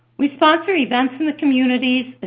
we sponsor events in the community,